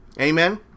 Amen